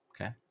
Okay